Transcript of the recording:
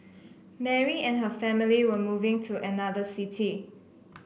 Mary and her family were moving to another city